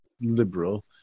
liberal